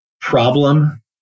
problem